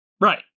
Right